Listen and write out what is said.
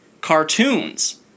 cartoons